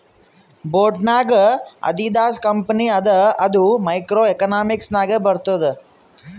boat ನಾಗ್ Adidas company ಅದ ಅದು ಮೈಕ್ರೋ ಎಕನಾಮಿಕ್ಸ್ ನಾಗೆ ಬರ್ತುದ್